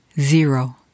zero